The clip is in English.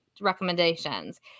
recommendations